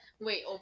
wait